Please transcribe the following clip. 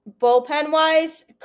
bullpen-wise